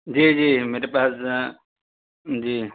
جی جی میرے پاس جی